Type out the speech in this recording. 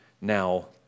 now